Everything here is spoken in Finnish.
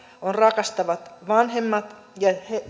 on rakastavat vanhemmat ja